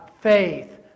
faith